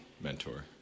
mentor